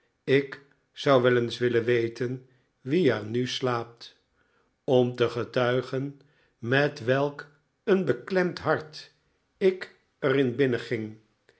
ik zou wel eens willen weten wie er nu slaapt om te getuigen met welk een beklemd hart ik er binnenging